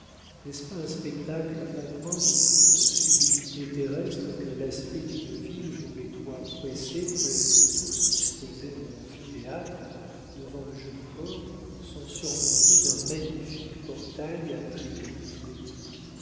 n'est-ce pas un spectacle empreint de toutes nos sublimités terrestres que l'aspect d'une ville dont les toits pressés presque tous disposés en amphithéâtre devant un joli port sont surmontés d'un magnifique portail à triglyphe gothique